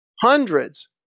hundreds